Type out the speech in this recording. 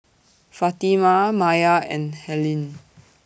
Fatima Maiya and Helyn